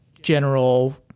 general